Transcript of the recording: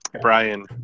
Brian